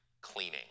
cleaning